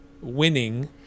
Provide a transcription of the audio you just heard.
winning